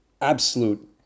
absolute